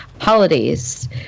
holidays